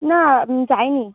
না যাইনি